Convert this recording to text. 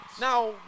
Now